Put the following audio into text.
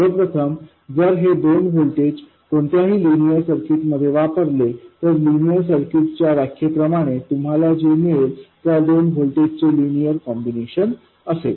सर्वप्रथम जर आपण हे दोन व्होल्टेज कोणत्याही लिनियर सर्किटमध्ये वापरले तर लिनियर सर्किटच्या व्याख्येप्रमाणे तुम्हाला जे मिळेल त्या दोन व्होल्टेजचे लिनियर कॉम्बिनेशन असेल